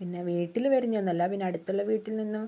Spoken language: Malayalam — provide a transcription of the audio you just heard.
പിന്നെ വീട്ടിൽ വരുന്നതൊന്നുമല്ല പിന്നെ അടുത്തുള്ള വീട്ടിൽ നിന്നും